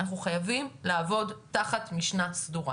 אנחנו חייבים לעבוד תחת משנה סודרה.